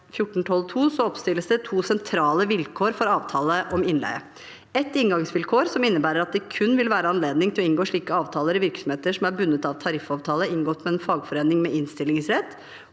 ledd oppstilles det to sentrale vilkår for avtale om innleie: 1) inngangsvilkår som innebærer at det kun vil være anledning til å inngå slike avtaler i virksomheter som er bundet av tariffavtale inngått med en fagforening med innstillingsrett,